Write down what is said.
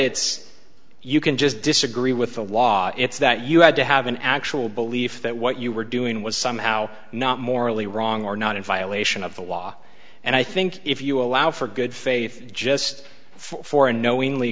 it's you can just disagree with the law it's that you had to have an actual belief that what you were doing was somehow not morally wrong or not in violation of the law and i think if you allow for good faith just for unknowingly